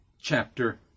chapter